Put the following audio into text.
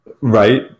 Right